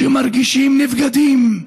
שמרגישים נבגדים.